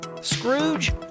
Scrooge